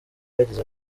yagize